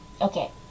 Okay